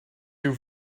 your